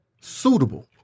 suitable